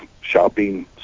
shopping